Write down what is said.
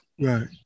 right